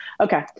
Okay